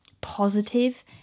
positive